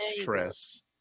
stress